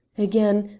again,